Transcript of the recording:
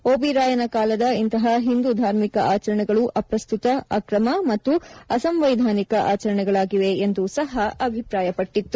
ಓಬಿರಾಯನ ಕಾಲದ ಇಂತಹ ಹಿಂದೂ ಧಾರ್ಮಿಕ ಆಚರಣೆಗಳು ಅಪ್ರಸ್ತುತ ಅಕ್ರಮ ಮತ್ತು ಅಸಂವಿಧಾನಿಕ ಆಚರಣೆಗಳಾಗಿವೆ ಎಂದೂ ಸಹ ಅಭಿಪ್ರಾಯಪಟ್ಟಿತ್ತು